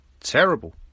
terrible